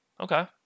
okay